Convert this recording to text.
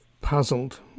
puzzled